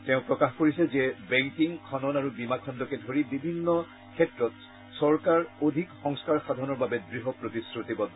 তেওঁ প্ৰকাশ কৰিছে যে বেংকিং খনন আৰু বীমা খণুকে ধৰি বিভিন্ন ক্ষেত্ৰত চৰকাৰ অধিক সংস্থাৰসাধনৰ বাবে দৃঢ় প্ৰতিশ্ৰুতিবদ্ধ